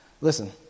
Listen